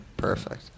Perfect